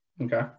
Okay